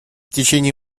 течение